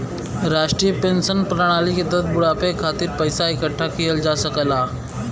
राष्ट्रीय पेंशन प्रणाली के तहत बुढ़ापे के खातिर पइसा इकठ्ठा किहल जा सकला